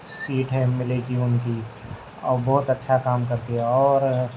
set ہے M L کی ان کی اور بہت اچھا کام کرتے ہیں اور